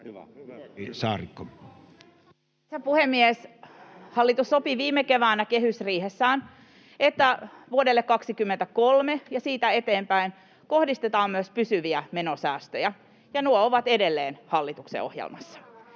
Arvoisa puhemies! Hallitus sopi viime keväänä kehysriihessään, että vuodelle 23 ja siitä eteenpäin kohdistetaan myös pysyviä menosäästöjä, ja nuo ovat edelleen hallituksen ohjelmassa.